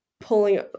pulling